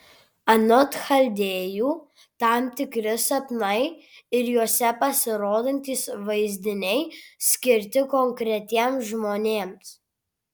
anot chaldėjų tam tikri sapnai ir juose pasirodantys vaizdiniai skirti konkretiems žmonėms